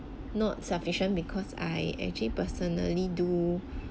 not sufficient because I actually personally do